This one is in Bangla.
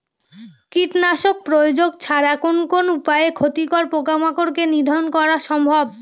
কীটনাশক প্রয়োগ ছাড়া কোন কোন উপায়ে ক্ষতিকর পোকামাকড় কে নিধন করা সম্ভব?